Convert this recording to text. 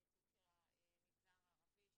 כייצוג של המגזר הערבי.